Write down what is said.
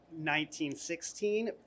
1916